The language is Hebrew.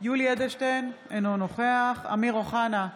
יולי יואל אדלשטיין, אינו נוכח אמיר אוחנה,